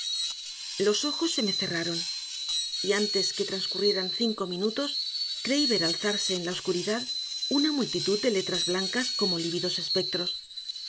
los ojos se me cerraron y antes que transcurrieran cinco minutos creí ver alzarse en la oscuridad una multitud de letras blancas como lívidos espectros